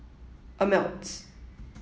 ameltz